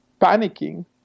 panicking